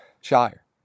Shire